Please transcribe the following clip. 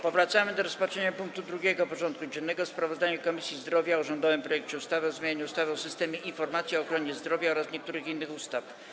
Powracamy do rozpatrzenia punktu 9. porządku dziennego: Sprawozdanie Komisji Zdrowia o rządowym projekcie ustawy o zmianie ustawy o systemie informacji w ochronie zdrowia oraz niektórych innych ustaw.